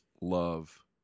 love